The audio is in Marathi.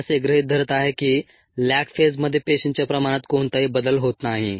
मी असे गृहीत धरत आहे की लॅग फेजमध्ये पेशींच्या प्रमाणात कोणताही बदल होत नाही